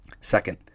Second